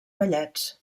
ballets